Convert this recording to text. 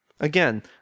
Again